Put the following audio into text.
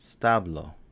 Stablo